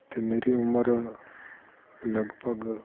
ਅਤੇ ਮੇਰੀ ਉਮਰ ਲਗਭਗ